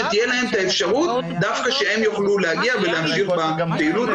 שתהיה להם את האפשרות דווקא שהם יוכלו להגיע ולהמשיך בפעילות,